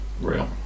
Real